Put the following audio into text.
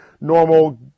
normal